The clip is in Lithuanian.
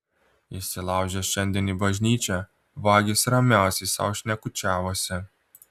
įsilaužę šiandien į bažnyčią vagys ramiausiai sau šnekučiavosi